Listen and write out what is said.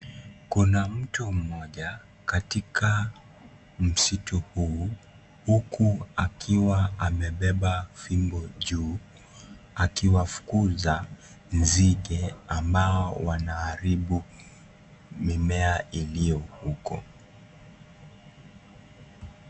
Kuna mtu mmoja, katika msitu huu, huku akiwa amebeba fimbo juu, akiwafukuza nzige ambao wanaharibu mimea iliyo huko.